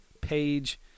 page